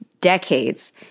decades